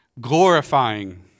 Glorifying